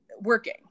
working